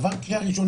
עבר קריאה ראשונה,